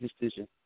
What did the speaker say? decision